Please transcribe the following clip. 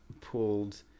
pulled